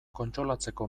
kontsolatzeko